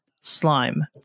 slime